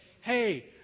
Hey